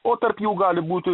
o tarp jų gali būti